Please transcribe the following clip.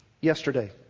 yesterday